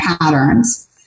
patterns